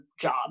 job